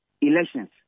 elections